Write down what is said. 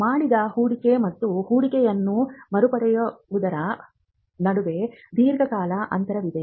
ಮಾಡಿದ ಹೂಡಿಕೆ ಮತ್ತು ಹೂಡಿಕೆಯನ್ನು ಮರುಪಡೆಯುವುದರ ನಡುವೆ ದೀರ್ಘಕಾಲದ ಅಂತರವಿದೆ